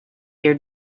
your